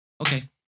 Okay